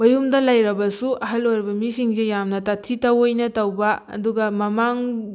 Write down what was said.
ꯃꯌꯨꯝꯗ ꯂꯩꯔꯕꯁꯨ ꯑꯍꯜ ꯑꯣꯏꯔꯕ ꯃꯤꯁꯤꯡꯁꯦ ꯌꯥꯝꯅ ꯇꯥꯊꯤ ꯇꯥꯑꯣꯏꯅ ꯇꯧꯕ ꯑꯗꯨꯒ ꯃꯃꯥꯡ